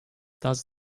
does